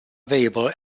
available